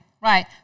right